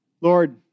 Lord